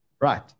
Right